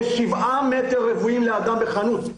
יש שבעה מטרים רבועים לאדם בחנות.